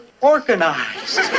organized